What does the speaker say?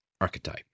archetype